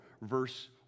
verse